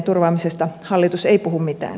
turvaamisesta hallitus ei puhu mitään